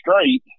straight